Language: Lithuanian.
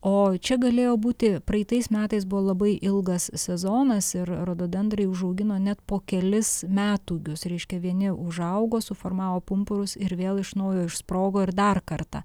o čia galėjo būti praeitais metais buvo labai ilgas sezonas ir rododendrai užaugino net po kelis metūgius reiškia vieni užaugo suformavo pumpurus ir vėl iš naujo išsprogo ir dar kartą